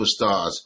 superstars